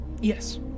Yes